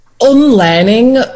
unlearning